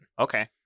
Okay